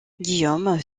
guillaume